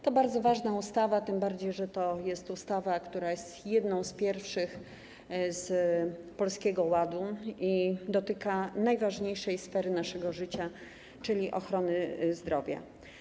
To bardzo ważna ustawa, tym bardziej że jest to ustawa, która jest jedną z pierwszych z Polskiego Ładu, i dotyka najważniejszej sfery naszego życia, czyli ochrony zdrowia.